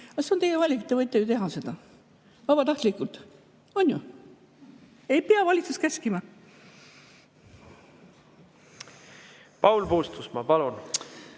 5 + 5 on teie valik, te võite seda teha, vabatahtlikult. On ju? Ei pea valitsus käskima. Paul Puustusmaa, palun!